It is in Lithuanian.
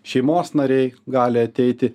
šeimos nariai gali ateiti